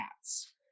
cats